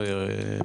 או עולה,